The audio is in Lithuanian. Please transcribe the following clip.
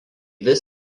vis